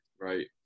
right